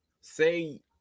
say